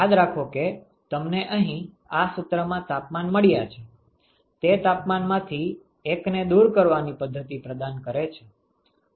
યાદ રાખો કે તમને અહીં આ સુત્રમાં તાપમાન મળ્યા છે તે તાપમાનમાંથી એકને દૂર કરવાની પદ્ધતિ પ્રદાન કરે છે